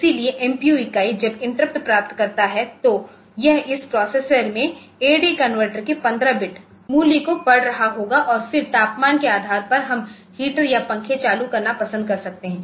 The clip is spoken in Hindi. इसलिए एमपीयू इकाई जब इंटरप्ट प्राप्त करता है तो यह इस प्रोसेसर में एडी कनवर्टर के 15 बिट मूल्य को पढ़ रहा होगा और फिर तापमान के आधार पर हम हीटर या पंखे चालू करना पसंद कर सकते हैं